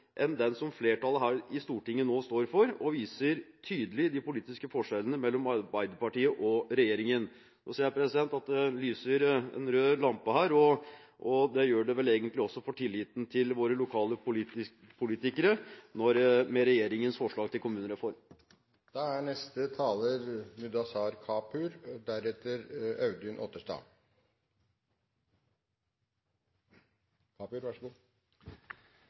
enn den som flertallet her i Stortinget nå står for, og viser tydelig de politiske forskjellene mellom Arbeiderpartiet og regjeringen. Nå ser jeg at det lyser en rød lampe her, og det gjør det vel egentlig også for tilliten til våre lokale politikere, med regjeringens forslag til kommunereform. Landet bygges nedenfra. Våre lokalsamfunn er